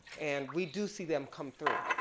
and we do see them come through.